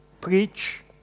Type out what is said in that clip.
preach